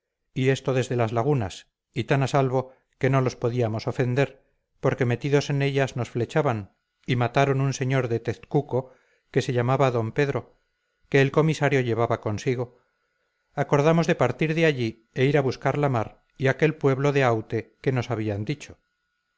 y esto desde las lagunas y tan a salvo que no los podíamos ofender porque metidos en ellas nos flechaban y mataron un señor de tezcuco que se llamaba don pedro que el comisario llevaba consigo acordamos de partir de allí e ir a buscar la mar y aquel pueblo de aute que nos habían dicho